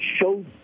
show